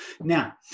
Now